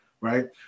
Right